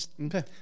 Okay